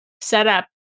setup